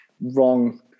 wrong